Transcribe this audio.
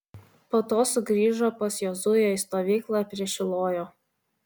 po to sugrįžo pas jozuę į stovyklą prie šilojo